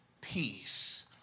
peace